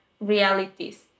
realities